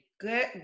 Good